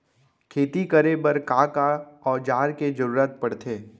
खेती करे बर का का औज़ार के जरूरत पढ़थे?